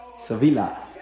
Sevilla